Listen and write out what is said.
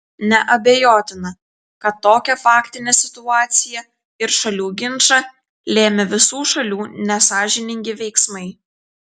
neabejotina kad tokią faktinę situaciją ir šalių ginčą lėmė visų šalių nesąžiningi veiksmai